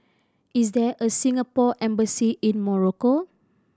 is there a Singapore Embassy in Morocco